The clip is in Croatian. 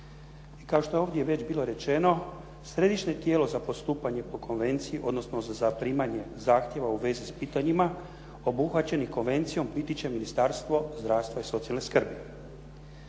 I kao što je ovdje već bilo rečeno, središnje tijelo za postupanje po konvenciji, odnosno za zaprimanje zahtjeva u vezi s pitanjima obuhvaćenih konvencijom biti će Ministarstvo zdravstva i socijalne skrbi.